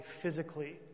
physically